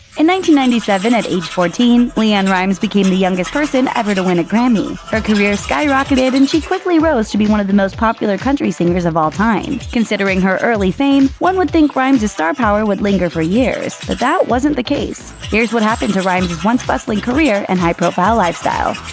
and ninety ninety seven, at age fourteen, leann rimes became the youngest person ever to win a grammy. her career skyrocketed and she quickly rose to be one of the most popular country singers of all time. considering her early fame, one would think rimes' star power would linger for years, but that wasn't the case. here's what happened to rimes' once-bustling career and high-profile lifestyle.